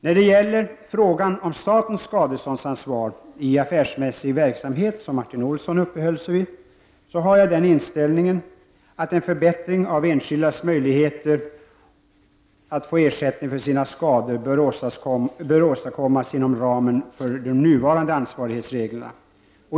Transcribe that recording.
När det gäller frågan om statens skadeståndsansvar vid affärmässig verksamhet, som Martin Olsson uppehöll sig vid, har jag den inställningen att en förbättring av enskildas möjligheter att få ersättning för sina skador bör åstadkommas inom ramen för de nuvarande ansvarighetsreglerna.